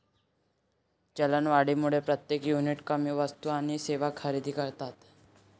चलनवाढीमुळे प्रत्येक युनिट कमी वस्तू आणि सेवा खरेदी करतात